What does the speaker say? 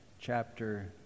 chapter